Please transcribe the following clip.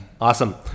awesome